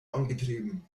angetrieben